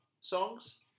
songs